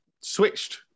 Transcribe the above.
switched